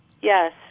Yes